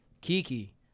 Kiki